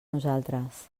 nosaltres